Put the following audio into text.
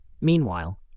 meanwhile